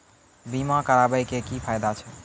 बीमा कराबै के की फायदा छै?